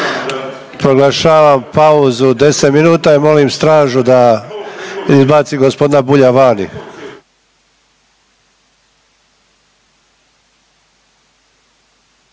Proglašavam pauzu od 10 minuta i molim stražu da izbaci g. Bulja vani.